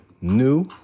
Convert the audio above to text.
new